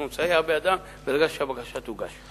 אנחנו נסייע בידם ברגע שהבקשה תוגש.